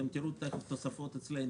אתם תראו את התוספות אצלנו,